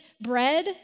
bread